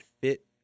fit